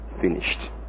finished